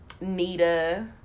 Nita